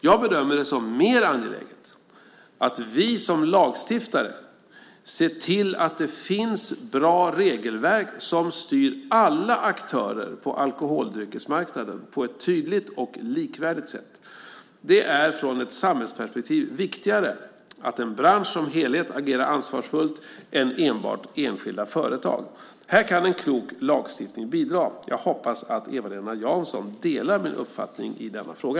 Jag bedömer det som mer angeläget att vi som lagstiftare ser till att det finns bra regelverk som styr alla aktörer på alkoholdryckesmarknaden på ett tydligt och likvärdigt sätt. Det är från ett samhällsperspektiv viktigare att en bransch som helhet agerar ansvarsfullt än enbart enskilda företag. Här kan en klok lagstiftning bidra. Jag hoppas att Eva-Lena Jansson delar min uppfattning i denna fråga.